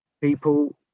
people